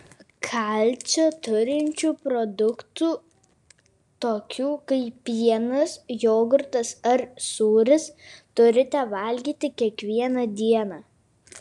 kalcio turinčių produktų tokių kaip pienas jogurtas ar sūris turite valgyti kiekvieną dieną